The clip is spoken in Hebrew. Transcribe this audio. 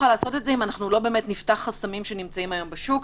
לעשות את זה אם לא באמת נפתח חסמים שנמצאים היום בשוק.